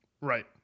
right